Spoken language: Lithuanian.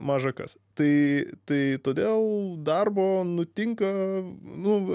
maža kas tai tai todėl darbo nutinka nu